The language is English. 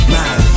Man